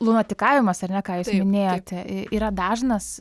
lunatikavimas ar ne ką jūs minėjote yra dažnas